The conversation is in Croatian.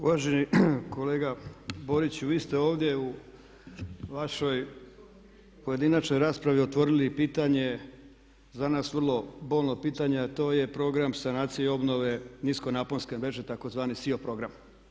Uvaženi kolega Boriću, vi ste ovdje u vašoj pojedinačnoj raspravi otvorili pitanje za nas vrlo bolno pitanje a to je program sanacije i obnove nisko naponske mreže tzv. SEE o program.